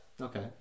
Okay